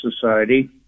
Society